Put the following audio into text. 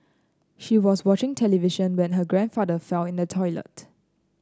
she was watching television when her grandfather fell in the toilet